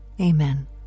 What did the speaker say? amen